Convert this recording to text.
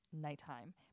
nighttime